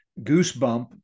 goosebump